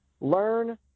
learn